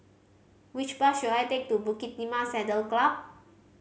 which bus should I take to Bukit Timah Saddle Club